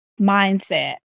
mindset